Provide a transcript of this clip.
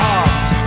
arms